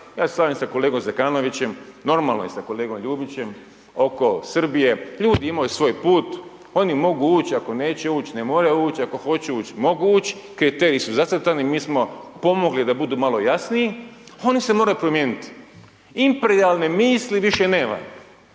se slažem sa kolegom Zekanovićem, normalno, i sa kolegom Ljubićem, oko Srbije, ljudi imaju svoj put, oni mogu uć', ako neće uć', ne moraju uć', ako hoće uć', mogu uć', kriteriji su zacrtani, mi smo pomogli da budu malo jasniji, oni se moraju promijeniti. Imperijalne misli više nema,